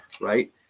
right